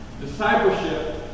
Discipleship